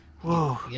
Whoa